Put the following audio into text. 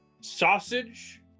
sausage